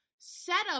Setup